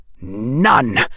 none